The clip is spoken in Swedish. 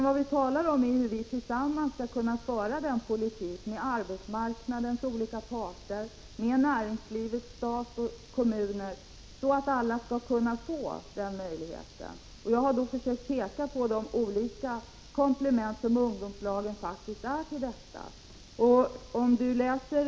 Vad vi talar om är hur vi tillsammans med arbetsmarknadens olika parter, med näringslivet, stat och kommuner skall kunna föra en sådan politik att alla kan få arbete. Jag har försökt peka på att ungdomslagen då utgör ett komplement.